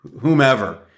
whomever